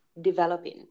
developing